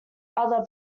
other